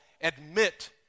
admit